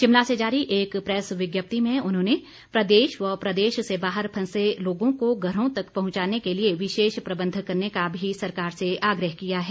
शिमला से जारी एक प्रेस विज्ञप्ति में उन्होंने प्रदेश व प्रदेश से बाहर फंसे लोगों को घरों तक पहुंचाने के लिए विशेष प्रबंध करने का भी सरकार से आग्रह किया है